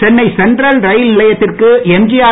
Chennai central rail நிலையத்திற்கு எம்ஜிஆர்